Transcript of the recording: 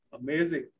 Amazing